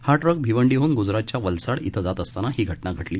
हा ट्रक भिवंडीहन ग्जरातच्या वलसाड इथं जात असताना ही घटना घडली